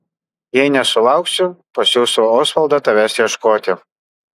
jei nesulauksiu pasiųsiu osvaldą tavęs ieškoti